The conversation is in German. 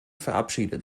verabschiedet